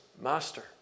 Master